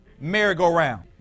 Merry-go-round